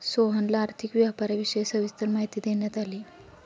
सोहनला आर्थिक व्यापाराविषयी सविस्तर माहिती देण्यात आली